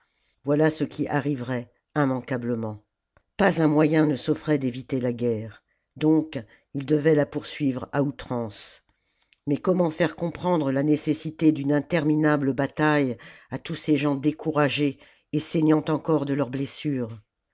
voilà ce qui arriverait immanquablement pas un moyen ne s'offrait d'éviter la guerre donc ils devaient la poursuivre à outrance mais comment faire comprendre la nécessité d'une interminable bataille à tous ces gens découragés et saignant encore de leurs blessures